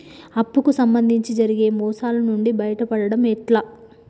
అప్పు కు సంబంధించి జరిగే మోసాలు నుండి బయటపడడం ఎట్లా?